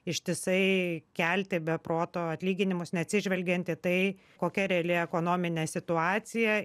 ištisai kelti be proto atlyginimus neatsižvelgiant į tai kokia reali ekonominė situacija